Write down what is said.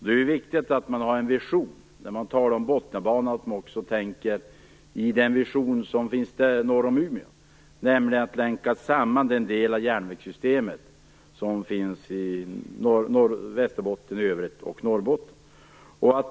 Det är viktigt att ha en vision för Botniabanan som innefattar delen norr om Umeå, nämligen att länka samman den del av järnvägssystemet som finns i Västerbotten i övrigt och i Norrbotten.